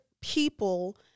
people